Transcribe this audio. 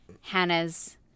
Hannah's